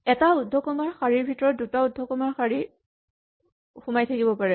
এটা উদ্ধকমাৰ শাৰীৰ ভিতৰত দুটা উদ্ধকমাৰ শাৰী সোমাই থাকিব পাৰে